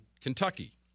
Kentucky